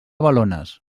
balones